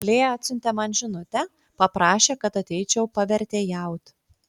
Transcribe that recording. lėja atsiuntė man žinutę paprašė kad ateičiau pavertėjaut